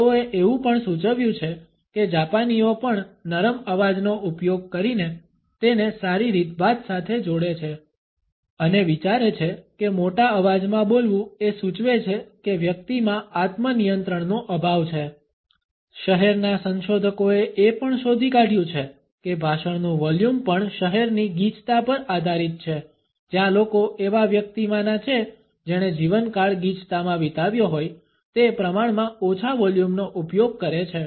તેઓએ એવું પણ સૂચવ્યું છે કે જાપાનીઓ પણ નરમ અવાજનો ઉપયોગ કરીને તેને સારી રીતભાત સાથે જોડે છે અને વિચારે છે કે મોટા અવાજમાં બોલવું એ સૂચવે છે કે વ્યક્તિમાં આત્મ નિયંત્રણનો અભાવ છે શહેરના સંશોધકોએ એ પણ શોધી કાઢ્યું છે કે ભાષણનું વોલ્યુમ પણ શહેરની ગિચતા પર આધારિત છે જ્યાં લોકો એવા વ્યક્તિમાના છે જેણે જીવનકાળ ગિચતામાં વિતાવ્યો હોય તે પ્રમાણમાં ઓછા વોલ્યુમનો ઉપયોગ કરે છે